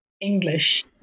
English